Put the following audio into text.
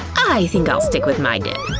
i think i'll stick with my dip.